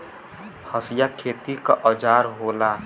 हंसिया खेती क औजार होला